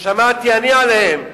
ששמעתי עליהם,